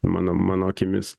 mano mano akimis